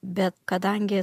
bet kadangi